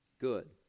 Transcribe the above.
good